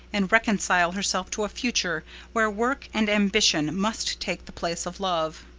and reconcile herself to a future where work and ambition must take the place of love.